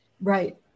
Right